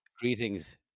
Greetings